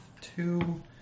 two